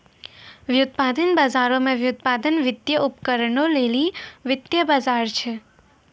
व्युत्पादन बजारो मे व्युत्पादन, वित्तीय उपकरणो लेली वित्तीय बजार छै